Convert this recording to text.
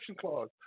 clause